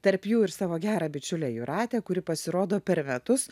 tarp jų ir savo gerą bičiulę jūratę kuri pasirodo per metus